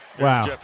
Wow